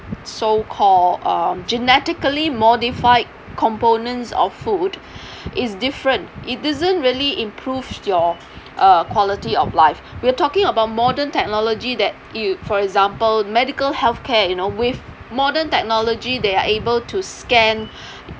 so call uh genetically modified components of food it's different it doesn't really improves your uh quality of life we're talking about modern technology that you for example medical health care you know with modern technology they are able to scan